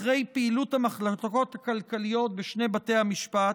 אחרי פעילות המחלקות הכלכליות בשני בתי המשפט,